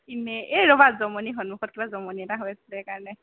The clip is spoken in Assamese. এনেই এ ৰ'বা জমনি সন্মুখত কিবা জমনি এটা হৈ আছিলে সেইকাৰণে